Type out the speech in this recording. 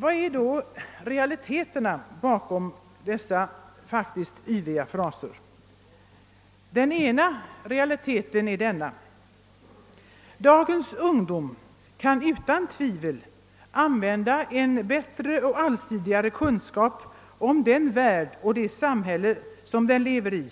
Vilka är då realiteterna bakom dessa vviga fraser? Den ena realiteten är denna: Dagens ungdom kan utan tvivel använda en bättre och allsidigare kunskap om den värld den lever i